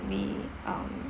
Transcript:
we um